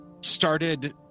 started